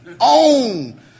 own